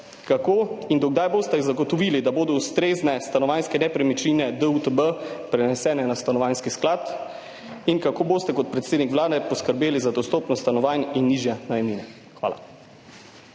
Kako in do kdaj boste zagotovili, da bodo ustrezne stanovanjske nepremičnine DUTB prenesene na Stanovanjski sklad? Kako boste kot predsednik Vlade poskrbeli za dostopnost stanovanj in nižje najemnine? Hvala.